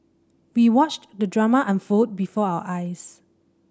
we watched the drama unfold before our eyes